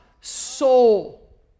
soul